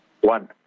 One